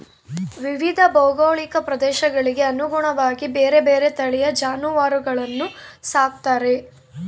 ವಿವಿಧ ಭೌಗೋಳಿಕ ಪ್ರದೇಶಗಳಿಗೆ ಅನುಗುಣವಾಗಿ ಬೇರೆ ಬೇರೆ ತಳಿಯ ಜಾನುವಾರುಗಳನ್ನು ಸಾಕ್ತಾರೆ